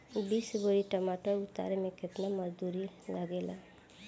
बीस बोरी टमाटर उतारे मे केतना मजदुरी लगेगा?